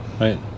Right